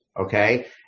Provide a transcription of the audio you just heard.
Okay